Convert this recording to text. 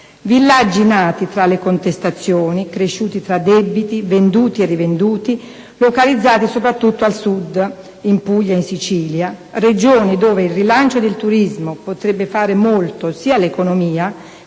Villaggi nati tra le contestazioni, cresciuti tra i debiti, venduti e rivenduti, localizzati soprattutto al Sud, in Puglia e in Sicilia, Regioni dove il rilancio del turismo potrebbe fare molto sia all'economia